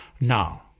Now